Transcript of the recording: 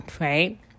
right